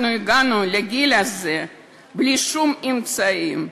אנחנו הגענו לגיל הזה בלי שום אמצעים,